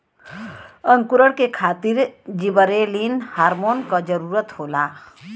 अंकुरण के खातिर जिबरेलिन हार्मोन क जरूरत होला